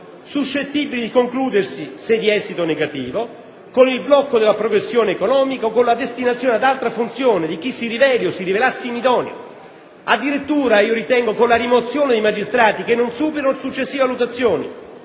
suscettibili di concludersi, se di esito negativo, con il blocco della progressione economica o con la destinazione ad altra funzione di chi si riveli inidoneo, addirittura, io ritengo, con la rimozione dei magistrati che non superino successive valutazioni.